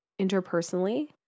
interpersonally